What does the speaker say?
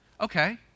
Okay